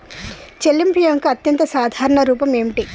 చెల్లింపు యొక్క అత్యంత సాధారణ రూపం ఏమిటి?